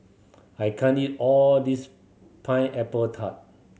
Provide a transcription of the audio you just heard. I can't eat all of this Pineapple Tart